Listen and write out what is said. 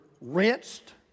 rinsed